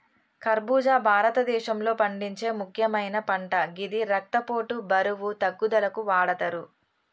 ఖర్బుజా భారతదేశంలో పండించే ముక్యమైన పంట గిది రక్తపోటు, బరువు తగ్గుదలకు వాడతరు